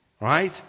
Right